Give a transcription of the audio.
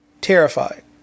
terrified